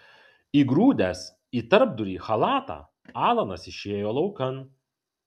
įgrūdęs į tarpdurį chalatą alanas išėjo laukan